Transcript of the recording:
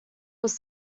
was